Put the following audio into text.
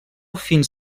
fins